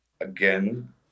again